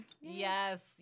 Yes